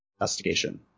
investigation